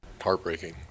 Heartbreaking